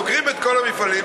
סוגרים את כל המפעלים,